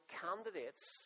candidates